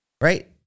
right